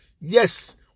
yes